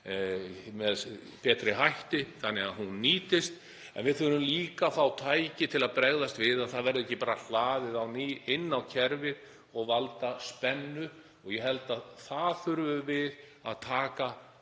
með betri hætti þannig að hún nýtist. En við þurfum líka að fá tæki til að bregðast við, að það verði ekki bara hlaðið á ný inn á kerfið sem veldur spennu. Ég held að þar þurfum við að taka